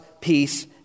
peace